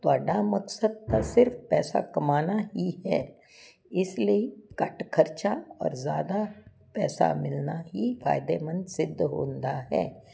ਤੁਹਾਡਾ ਮਕਸਦ ਤਾਂ ਸਿਰਫ ਪੈਸਾ ਕਮਾਉਣਾ ਹੀ ਹੈ ਇਸ ਲਈ ਘੱਟ ਖਰਚਾ ਔਰ ਜ਼ਿਆਦਾ ਪੈਸਾ ਮਿਲਣਾ ਹੀ ਫਾਇਦੇਮੰਦ ਸਿੱਧ ਹੁੰਦਾ ਹੈ